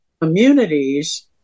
communities